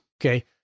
Okay